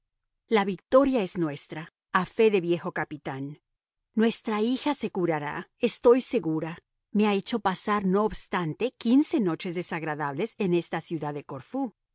la victoria es nuestra a fe de viejo capitán nuestra hija se curará estoy segura me ha hecho pasar no obstante quince noches desagradables en esta ciudad de corfú